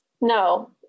no